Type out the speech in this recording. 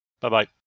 Bye-bye